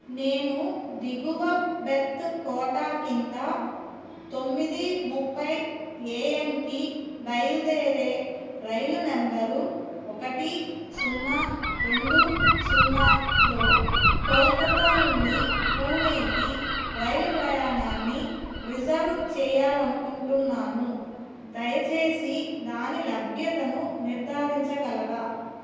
నేను దిగువ berth quota కింద తొమ్మిది ముప్పై ఏ యమ్కి బయలుదేరే రైలు నెంబరు ఒకటి సున్నా రెండు సున్నాలో కోల్కతా నుండి పూణేకి రైలు ప్రయాణాన్ని రిజర్వ్ చేయాలి అనుకుంటున్నాను దయచేసి దాని లభ్యతను నిర్ధారించగలరా